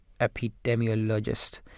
epidemiologist